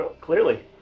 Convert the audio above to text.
Clearly